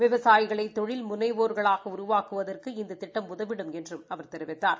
விவசாயிகளை தொழில் முனைவோ்களாக உருவாக்குவதற்கு இந்த திட்டம் உதவிடும் என்றும் அவர் தெரிவித்தார்